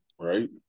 right